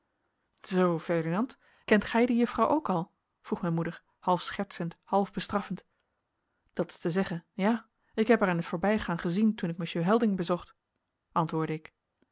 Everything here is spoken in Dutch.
zoo ferdinand kent gij die juffrouw ook al vroeg mijn moeder half schertsend half bestraffend dat is te zeggen ja ik heb haar in t voorbijgaan gezien toen ik monsieur helding bezocht antwoordde ik